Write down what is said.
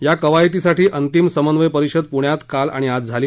या कवायतीसाठी अंतिम समन्वय परिषद पृण्यात काल आणि आज झाली